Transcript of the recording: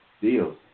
deals